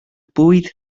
bwyd